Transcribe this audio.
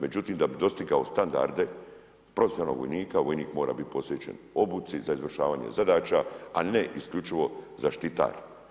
Međutim da bi dostigao standarde profesionalnog vojnika vojnik mora biti posvećen obuci za izvršavanje zadaća, a ne isključivo zaštitar.